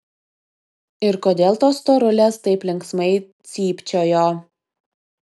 ir kodėl tos storulės taip linksmai cypčiojo